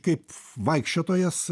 kaip vaikščiotojas